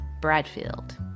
Bradfield